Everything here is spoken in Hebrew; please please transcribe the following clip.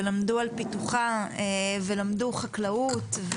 ולמדו על פיתוחה, ולמדו חקלאות.